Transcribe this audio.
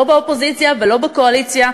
לא באופוזיציה ולא בקואליציה,